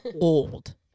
old